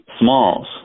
Smalls